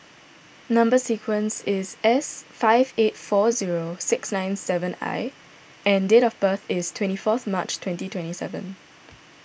Number Sequence is S five eight four zero six nine seven I and date of birth is twenty fourth March twenty twenty seven